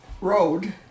road